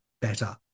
better